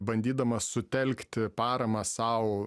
bandydamas sutelkti paramą sau